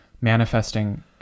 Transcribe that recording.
manifesting